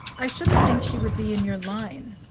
i shouldn't think she would be in your line.